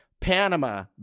Panama